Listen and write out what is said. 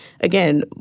again